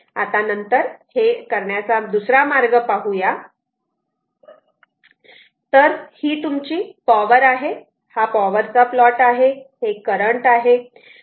आता नंतर हे करण्याचा दुसरा मार्ग पाहूया तर ही तुमची पॉवर आहे हा पॉवर चा प्लॉट आहे हे करंट आहे